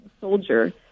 soldier